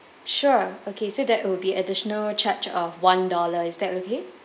sure okay so that will be additional charge of one dollar is that okay